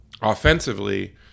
offensively